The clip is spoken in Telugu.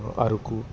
అరుకు